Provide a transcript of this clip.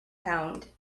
pound